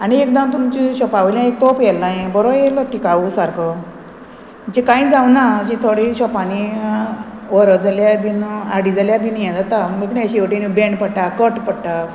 आनी एकदां तुमचें शॉपा वयल्यान एक तोप येल्लो हांयें बरो येयलो टिकाऊ सारको म्हणजे कांय जावना अशी थोडे शॉपांनी व्हरोत जाल्यार बीन हाडी जाल्यार बीन हें जाता रोखडे अशें हे वटेन बेंड पडटा कट पडटा